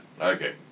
Okay